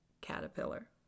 caterpillar